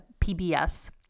PBS